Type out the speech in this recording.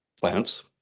plants